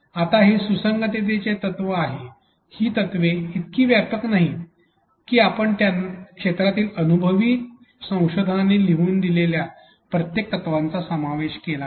आता हे सुसंगततेचे तत्व आहे ही तत्त्वे इतकी व्यापक नाहीत की आपण त्या क्षेत्रातील अनुभवी संशोधकांनी लिहून दिलेल्या प्रत्येक तत्त्वाचा समावेश केला नाही